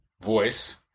voice